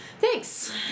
Thanks